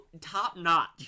top-notch